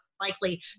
likely